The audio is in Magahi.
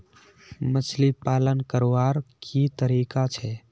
मछली पालन करवार की तरीका छे?